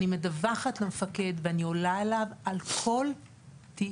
אני מדווחת למפקד ואני עולה אליו על כל תיק